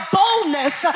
boldness